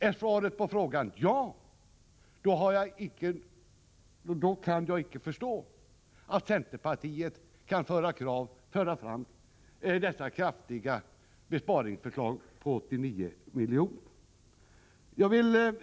Är svaret på den frågan ja, kan jag inte förstå att centerpartiet kan lägga fram dessa kraftiga besparingsförslag på 89 milj.kr.